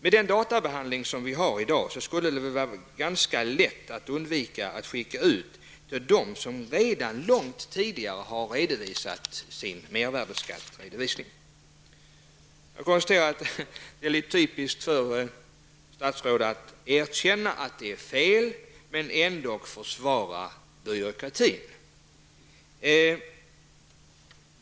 Med den datateknik som vi har i dag borde det vara ganska lätt att undvika att skicka ut en sådan här anmodan till dem som redan har redovisat sin mervärdeskatt. Det är typiskt för statsrådet att erkänna att det har begåtts ett fel men ändå försvara byråkratin.